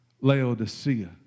Laodicea